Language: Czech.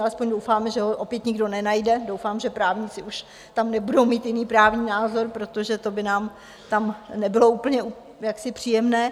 Alespoň doufáme, že ho opět nikdo nenajde, doufám, že právníci už tam nebudou mít jiný právní názor, protože to by nám tam nebylo úplně příjemné.